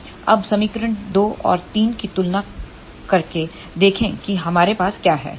अब समीकरण 2 और 3 की तुलना करके देखें कि हमारे पास क्या है